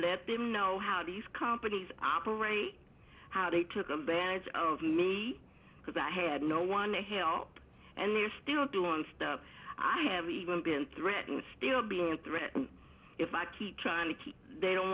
let them know how these companies operate how they took advantage of me because i had no one to help and they're still doing stuff i have even been threatening still being a threat if i keep trying to keep they don't